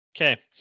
Okay